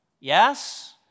Yes